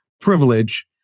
privilege